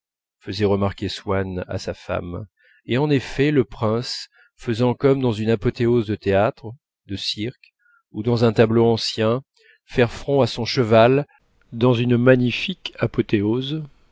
faisait remarquer swann à sa femme et en effet le prince faisant comme dans une apothéose de théâtre de cirque ou dans un tableau ancien faire front à son cheval dans une magnifique apothéose